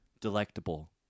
Delectable